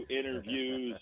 interviews